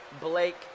Blake